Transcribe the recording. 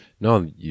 No